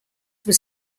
was